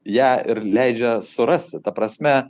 ją ir leidžia surasti ta prasme